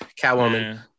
Catwoman